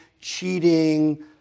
cheating